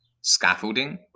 Scaffolding